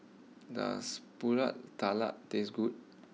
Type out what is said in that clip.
does Pulut Tatal taste good